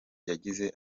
yagize